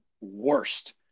worst